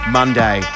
Monday